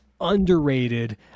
underrated